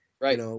Right